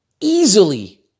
easily